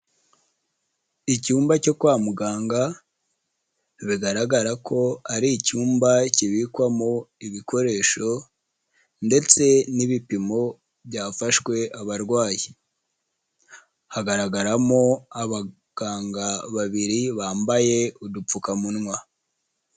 Icyumba cyo kwa muganga bigaragara ko ari icyumba kibikwamo ibikoresho, ndetse n'ibipimo byafashwe abarwayi. Hagaragaramo abaganga babiri bambaye udupfukamunwa.